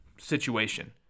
situation